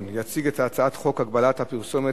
לפיכך אני קובע שהצעת חוק המועצה הארצית